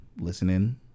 listening